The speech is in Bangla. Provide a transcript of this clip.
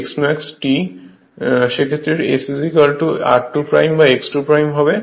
এখন S Smax T সেক্ষেত্রে S r2 x 2 হবে